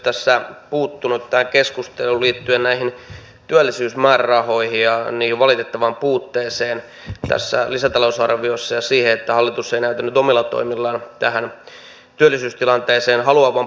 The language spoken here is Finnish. itsekin olisin puuttunut tähän keskusteluun liittyen näihin työllisyysmäärärahoihin ja niiden valitettavaan puutteeseen tässä lisätalousarviossa ja siihen että hallitus ei näytä nyt omilla toimillaan tähän työllisyystilanteeseen haluavan puuttua